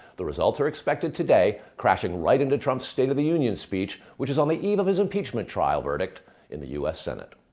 the results are expected today crashing right into trump's state of the union speech, which is on the eve of his impeachment trial verdict in the u s. senate.